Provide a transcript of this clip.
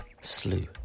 slew